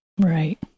Right